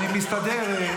אני מסתדר,